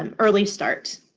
um early start?